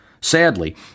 Sadly